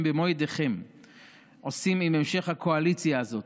במו ידיכם עושים עם המשך הקואליציה הזו.